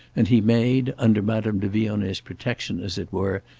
and he made, under madame de vionnet's protection, as it were,